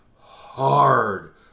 hard